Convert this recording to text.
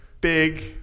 big